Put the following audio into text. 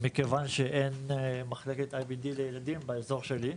מכיוון שאין מחלקת IBD לילדים באזור שלי,